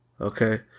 okay